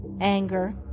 anger